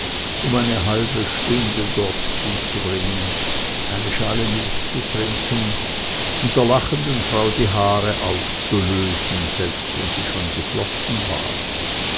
um eine halbe stunde dort zuzubringen eine schale milch zu trinken und der lachenden frau die haare aufzulösen selbst wenn sie schon geflochten waren